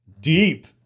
Deep